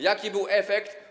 Jaki był efekt?